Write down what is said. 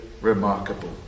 remarkable